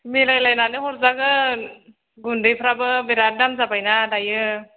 मिलायलायनानै हरजागोन गुन्दैफ्राबो बिराद दाम जाबायना दायो